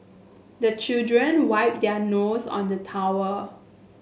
the children wipe their nose on the towel